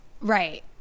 Right